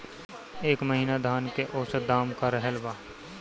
एह महीना धान के औसत दाम का रहल बा?